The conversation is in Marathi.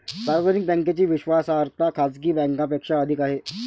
सार्वजनिक बँकेची विश्वासार्हता खाजगी बँकांपेक्षा अधिक आहे